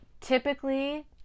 typically